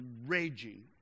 raging